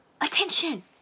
attention